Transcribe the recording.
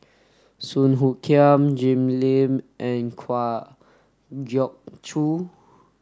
Song Hoot Kiam Jim Lim and Kwa Geok Choo